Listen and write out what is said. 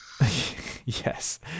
Yes